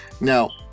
Now